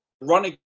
Running